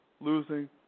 losing